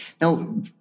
Now